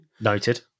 Noted